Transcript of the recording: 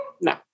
no